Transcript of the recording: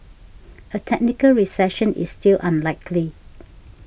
a technical recession is still unlikely